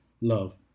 Love